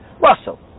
Russell